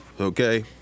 okay